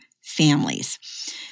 families